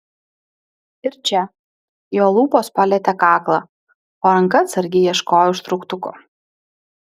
ir čia jo lūpos palietė kaklą o ranka atsargiai ieškojo užtrauktuko